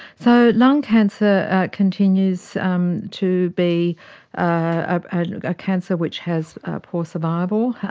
so lung cancer continues um to be a cancer which has poor survival.